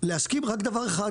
להסכים רק דבר אחד